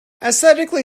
aesthetically